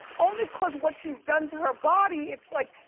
only cause what she's done to her body, it's like,